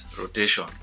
rotation